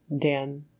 Dan